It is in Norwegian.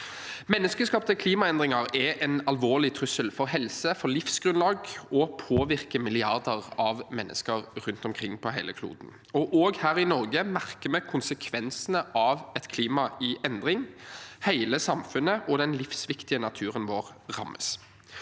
Menneskeskapte klimaendringer er en alvorlig trussel for helse og livsgrunnlag og påvirker milliarder av mennesker rundt omkring på hele kloden. Også her i Norge merker vi konsekvensene av et klima i endring – hele samfunnet og den livsviktige naturen vår rammes.